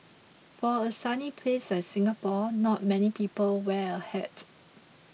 for a sunny place like Singapore not many people wear a hat